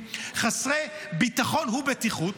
חסרי ביטחון ובטיחות,